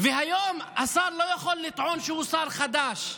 היום השר לא יכול לטעון שהוא שר חדש,